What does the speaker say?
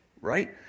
right